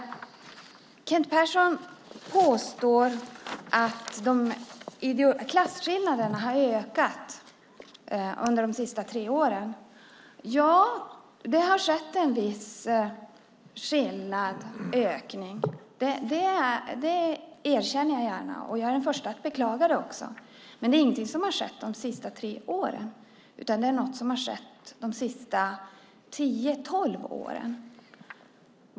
Kent Persson påstår att klasskillnaderna har ökat under de senaste tre åren. Ja, det har skett en viss ökning. Det erkänner jag gärna, och jag är också den första att beklaga det. Men det är ingenting som har skett de senaste tre åren, utan de senaste tio tolv åren.